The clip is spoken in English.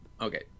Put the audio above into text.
Okay